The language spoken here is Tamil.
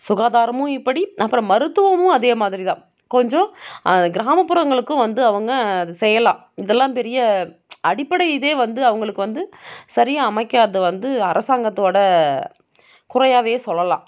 சுகாதாரமும் இப்படி அப்புறம் மருத்துவமும் அதே மாதிரி தான் கொஞ்சம் கிராமப்புறங்களுக்கும் வந்து அவங்க அதை செய்யலாம் இதெல்லாம் பெரிய அடிப்படை இதே வந்து அவங்களுக்கு வந்து சரியாக அமைக்காத வந்து அரசாங்கத்தோடய குறையாகவே சொல்லலாம்